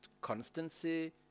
constancy